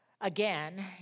again